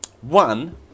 One